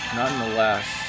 nonetheless